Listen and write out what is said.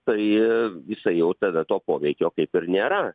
tai jisai jau tada to poveikio kaip ir nėra